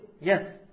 yes